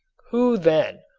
who, then,